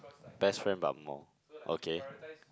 best friend but more okay